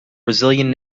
brazilian